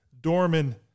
Dorman